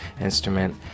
instrument